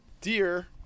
Dear